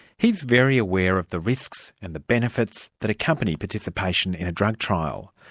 he's very aware of the risks and the benefits that accompany participation in a drug trial.